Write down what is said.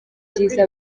byiza